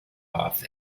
off